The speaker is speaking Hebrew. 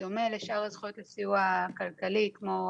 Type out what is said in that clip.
בדומה לשאר הזכויות לסיוע כלכלי כמו